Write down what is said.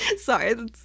Sorry